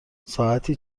ساعتی